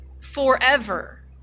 forever